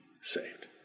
saved